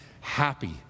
happy